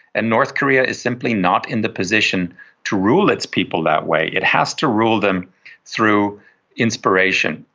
and north korea is simply not in the position to rule its people that way. it has to rule them through inspiration.